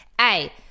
A-